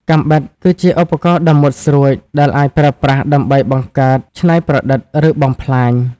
កាំបិត គឺជាឧបករណ៍ដ៏មុតស្រួចដែលអាចប្រើប្រាស់ដើម្បីបង្កើត ច្នៃប្រឌិត ឬបំផ្លាញ។